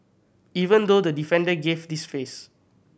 even though the defender gave this face